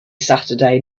saturday